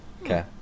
Okay